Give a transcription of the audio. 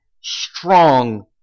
strong